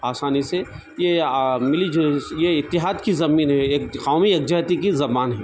آسانی سے یہ ملی جلی یہ اتحاد کی زمین ہے یہ قومی یکجہتی کی زبان ہے